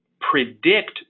predict